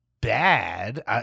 bad